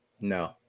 No